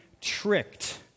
tricked